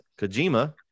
Kojima